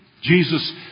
Jesus